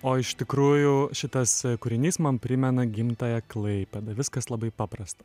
o iš tikrųjų šitas kūrinys man primena gimtąją klaipėdą viskas labai paprasta